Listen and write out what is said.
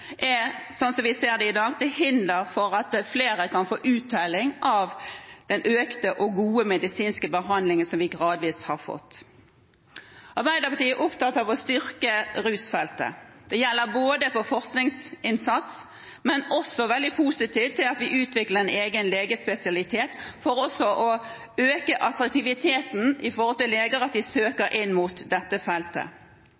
er, slik vi ser det i dag, til hinder for at flere kan få uttelling for den økte og gode medisinske behandlingen som vi gradvis har fått. Arbeiderpartiet er opptatt av å styrke rusfeltet. Det handler om forskningsinnsats, men vi er også veldig positive til å utvikle en egen legespesialitet for å øke attraktiviteten, slik at leger søker inn mot dette feltet.